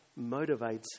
motivates